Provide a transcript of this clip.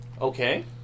Okay